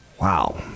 Wow